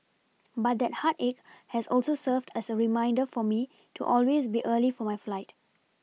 but that heartache has also served as a reminder for me to always be early for my flight